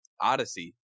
Odyssey